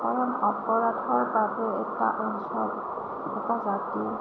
কাৰণ অপৰাধৰ বাবে এটা অঞ্চল এটা জাতি